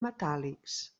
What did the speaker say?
metàl·lics